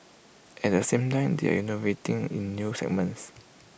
at the same time they are innovating in new segments